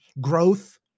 Growth